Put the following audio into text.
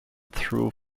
through